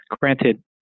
granted